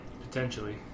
potentially